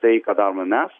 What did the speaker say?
tai ką darome mes